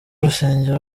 rusengero